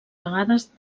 vegades